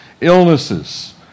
Illnesses